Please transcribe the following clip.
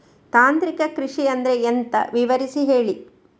ತಾಂತ್ರಿಕ ಕೃಷಿ ಅಂದ್ರೆ ಎಂತ ವಿವರಿಸಿ ಹೇಳಿ